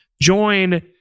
join